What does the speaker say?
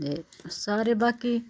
दे सारे बाकी